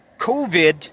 COVID